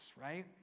right